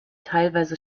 teilweise